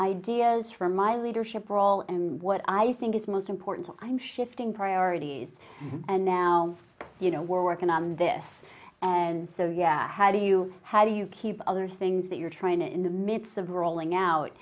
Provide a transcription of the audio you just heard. ideas from my leadership role and what i think is most important i'm shifting priorities and now you know we're working on this and so yeah how do you how do you keep other things that you're trying to in the mix of rolling out